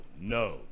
no